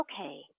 okay